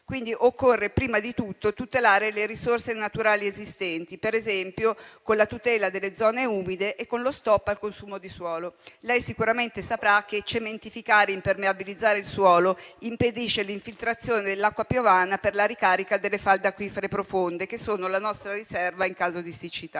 Quindi, occorre prima di tutto tutelare le risorse naturali esistenti, per esempio con la tutela delle zone umide e con lo stop al consumo di suolo. Lei sicuramente saprà che cementificare e impermeabilizzare il suolo impediscono l'infiltrazione dell'acqua piovana per la ricarica delle falde acquifere profonde, che sono la nostra riserva in caso di siccità.